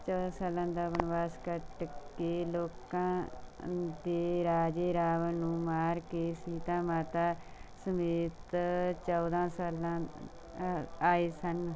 ਚੌਦਾਂ ਸਾਲਾਂ ਦਾ ਬਨਵਾਸ ਕੱਟ ਕੇ ਲੋਕਾਂ ਦੇ ਰਾਜੇ ਰਾਵਣ ਨੂੰ ਮਾਰ ਕੇ ਸੀਤਾ ਮਾਤਾ ਸਮੇਤ ਚੌਦਾਂ ਸਾਲਾਂ ਆ ਆਏ ਸਨ